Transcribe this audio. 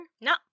no